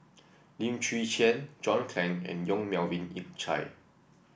Lim Chwee Chian John Clang and Yong Melvin Yik Chye